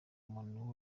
umuntu